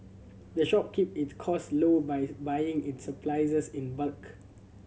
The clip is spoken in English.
the shop keep its costs low by buying its supplies in bulk